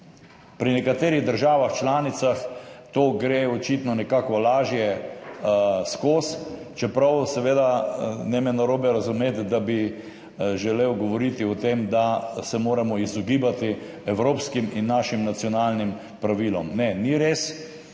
Pri nekaterih državah članicah to gre očitno nekako lažje skozi, čeprav seveda – ne me narobe razumeti, da bi želel govoriti o tem, da se moramo izogibati evropskim in našim nacionalnim pravilom. Ne, ni res.